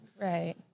Right